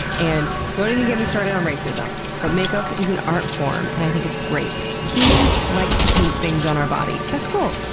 and don't even get me started on racism, but makeup is an artform and i think it's great. humans like to paint things on our body. that's cool!